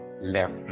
left